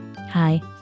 Hi